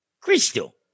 Crystal